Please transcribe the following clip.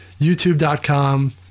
youtube.com